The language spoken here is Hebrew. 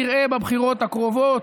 נראה בבחירות הקרובות.